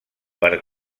per